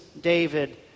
David